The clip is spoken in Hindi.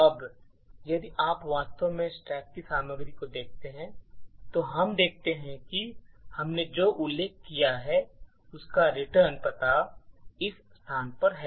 अब यदि आप वास्तव में स्टैक की सामग्री को देखते हैं तो हम देखते हैं कि हमने जो उल्लेख किया है उसका रिटर्न पता इस स्थान पर है